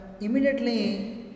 immediately